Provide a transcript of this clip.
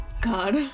god